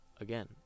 again